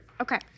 Okay